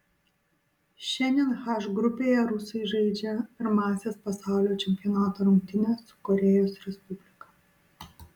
šiandien h grupėje rusai žaidžia pirmąsias pasaulio čempionato rungtynes su korėjos respublika